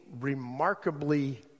remarkably